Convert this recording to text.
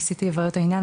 ניסיתי לברר את העניין,